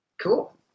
cool